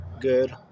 good